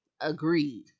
Agreed